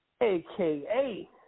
aka